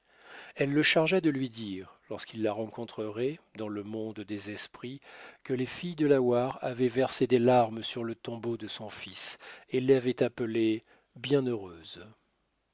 elle le chargea de lui dire lorsqu'il la rencontrerait dans le monde des esprits que les filles de la hou avaient versé des larmes sur le tombeau de son fils et l avait appelé bien heureuse